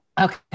Okay